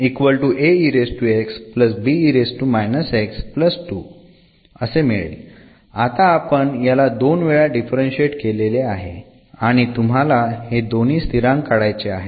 आता आपण याला दोन वेळा डिफरंशिएट केलेले आहे आणि तुम्हाला हे दोन्ही स्थिरांक काढायचे आहेत